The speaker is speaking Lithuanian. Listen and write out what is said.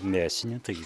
mėsinę tai